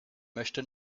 möchte